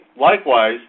likewise